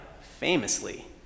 famously